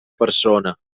persona